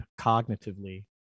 cognitively